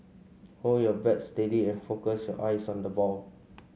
hold your bat steady and focus your eyes on the ball